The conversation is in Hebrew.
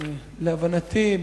להבנתי,